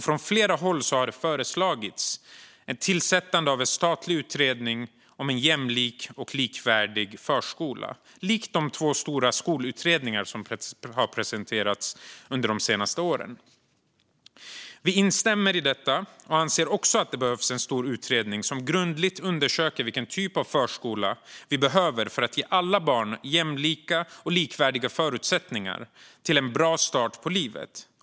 Från flera håll har det föreslagits ett tillsättande av en statlig utredning om en jämlik och likvärdig förskola, likt de två stora skolutredningar som har presenterats under de senaste åren. Vi instämmer i detta, och vi anser också att det behövs en stor utredning som grundligt undersöker vilken typ av förskola vi behöver för att ge alla barn jämlika och likvärdiga förutsättningar för en bra start på livet.